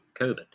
COVID